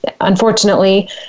unfortunately